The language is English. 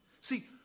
See